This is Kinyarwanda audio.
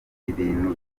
ibintu